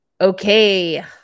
Okay